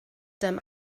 them